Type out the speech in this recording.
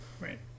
Right